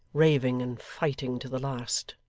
raving and fighting to the last.